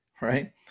right